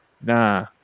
nah